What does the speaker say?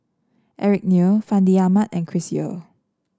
Eric Neo Fandi Ahmad and Chris Yeo